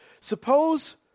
Suppose